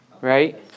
right